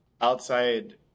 outside